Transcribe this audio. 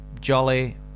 jolly